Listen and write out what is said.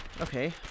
Okay